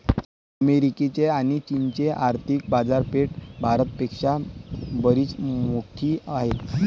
अमेरिकेची आणी चीनची आर्थिक बाजारपेठा भारत पेक्षा बरीच मोठी आहेत